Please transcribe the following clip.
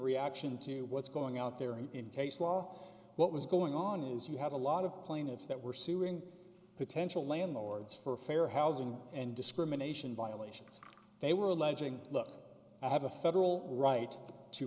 reaction to what's going out there and in case law what was going on is you have a lot of plaintiffs that were suing potential landlords for fair housing and discrimination violations they were alleging look i have a federal right to